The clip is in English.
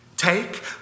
Take